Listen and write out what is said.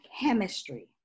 chemistry